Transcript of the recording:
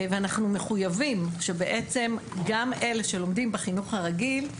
ואנחנו מחויבים שבעצם גם אלה שלומדים בחינוך הרגיל,